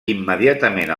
immediatament